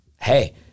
hey